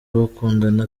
bakundana